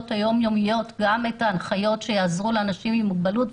היומיומיות גם את ההנחיות שיעזרו לאנשים עם מוגבלות.